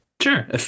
Sure